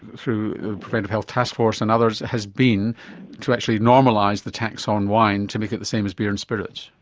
through the preventative kind of health task force and others, has been to actually normalise the tax on wine to make it the same as beer and spirits.